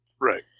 Right